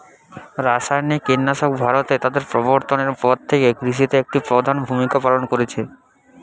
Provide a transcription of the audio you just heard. রাসায়নিক কীটনাশক ভারতে তাদের প্রবর্তনের পর থেকে কৃষিতে একটি প্রধান ভূমিকা পালন করেছে